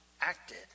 acted